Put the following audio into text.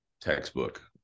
textbook